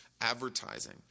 advertising